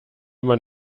man